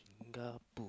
Singapore